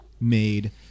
made